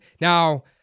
Now